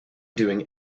doing